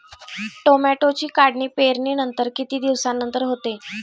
टोमॅटोची काढणी पेरणीनंतर किती दिवसांनंतर होते?